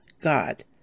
God